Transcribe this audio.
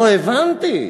לא הבנתי.